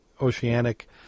Oceanic